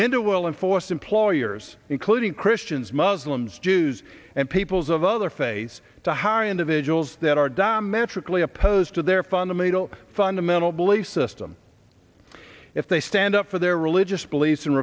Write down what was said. into will and force employers including christians muslims jews and peoples of other faiths to hire individuals that are diametrically opposed to their fundamental fundamental belief system if they stand up for their religious beliefs and